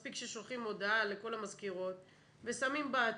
מספיק ששולחים הודעה לכל המזכירות ושמים באתר.